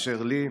באשר לי,